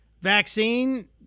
vaccine